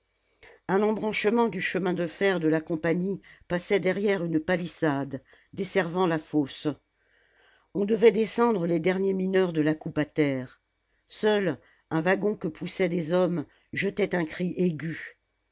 un embranchement du chemin de fer de la compagnie passait derrière une palissade desservant la fosse on devait descendre les derniers mineurs de la coupe à terre seul un wagon que poussaient des hommes jetait un cri aigu